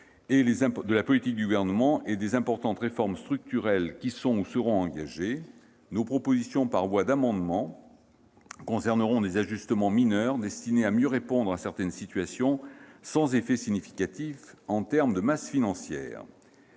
de la politique du Gouvernement et des importantes réformes structurelles qui sont ou seront engagées. Nos propositions par voie d'amendements concerneront des ajustements mineurs destinés à mieux répondre à certaines situations, sans effets significatifs en termes de masse financière.